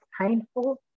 painful